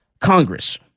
Congress